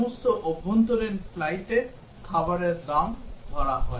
সমস্ত অভ্যন্তরীণ ফ্লাইটে খাবারের দাম ধরা হয়